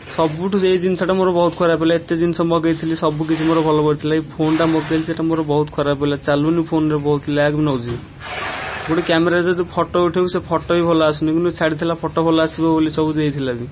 ସବୁଠୁ ସେଇ ଜିନିଷଟା ମୋର ବହୁତ ଖରାପ ହେଲା ଏତେ ଜିନିଷ ମଗେଇଥିଲି ସବୁକିଛି ମୋର ଭଲ ପଡ଼ିଥିଲା ଏଇ ଫୋନ୍ଟା ମଗେଇଲି ସେଇଟା ମୋର ବହୁତ ଖରାପ ହେଲା ଚାଲୁନି ଫୋନ୍ରେ ବହୁତ ଲ୍ୟାଗ୍ ନେଉଛି ଗୋଟେ କ୍ୟାମେରାରେ ଯଦି ଫୋଟୋ ଉଠାଇବୁ ସେ ଫୋଟୋ ବି ଭଲ ଆସୁନି କିନ୍ତୁ ଛାଡ଼ିଥିଲା ଫୋଟୋ ଭଲ ଆସିବ ବୋଲି ସବୁ ଦେଇଥିଲା ବି